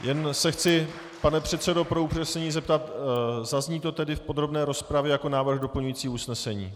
Jen se chci, pane předsedo, pro upřesnění zeptat: Zazní to tedy v podrobné rozpravě jako návrh doplňující usnesení?